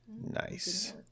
Nice